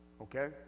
Okay